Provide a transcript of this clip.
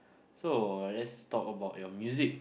so let's talk about your music